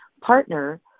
partner